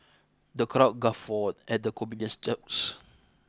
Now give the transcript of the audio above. the crowd guffawed at the comedian's jokes